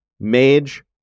Mage